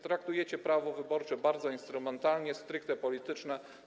Traktujecie prawo wyborcze bardzo instrumentalnie, stricte politycznie.